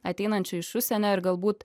ateinančių iš užsienio ir galbūt